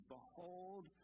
Behold